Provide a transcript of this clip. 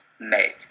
made